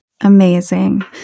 Amazing